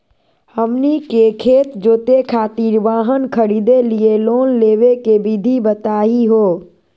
हमनी के खेत जोते खातीर वाहन खरीदे लिये लोन लेवे के विधि बताही हो?